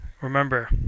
Remember